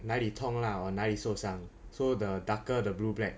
哪里痛 lah or 哪里受伤 so the darker the blue black